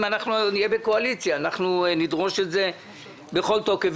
אם אנחנו נהיה בקואליציה אנחנו נדרוש את זה בכל תוקף.